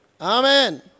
Amen